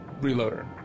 reloader